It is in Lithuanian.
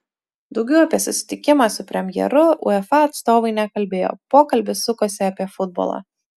daugiau apie susitikimą su premjeru uefa atstovai nekalbėjo pokalbis sukosi apie futbolą